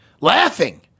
laughing